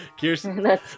Kirsten